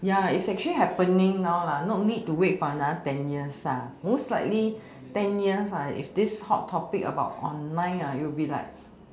ya it's actually happening now not need to wait for another ten years most likely ten years if this hot topic about online it will be like